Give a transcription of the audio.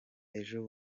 ejo